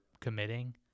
committing